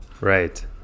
Right